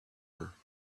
her